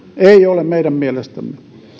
ei ole meidän mielestämme